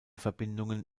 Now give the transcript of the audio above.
verbindungen